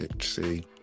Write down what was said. See